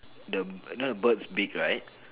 the you know the bird's beak right